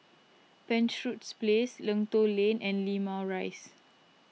Penshurst Place Lentor Lane and Limau Rise